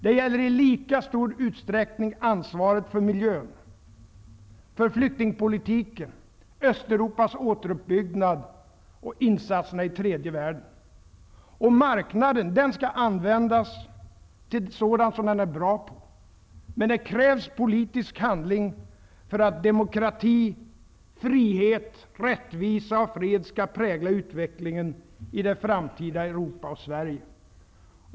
Det gäller i lika stor utsträckning ansvaret för miljön, flyktingpolitiken, Östeuropas återuppbyggnad och insatserna i tredje världen. Marknaden skall användas till sådant som den är bra på, men det krävs politisk handling för att demokrati, frihet, rättvisa och fred skall prägla utvecklingen i det framtida Europa och Sverige.